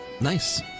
nice